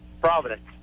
Providence